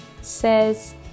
says